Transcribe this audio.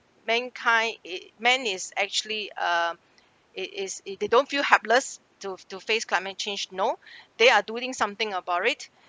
mankind it men is actually uh it is it they don't feel helpless to f~ to face climate change no they are doing something about it